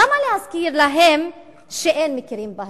למה להזכיר להם שאין מכירים בהם?